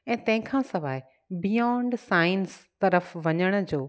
ऐं तंहिंखां सवाइ बियॉंड साइंस तर्फ़ु वञण जो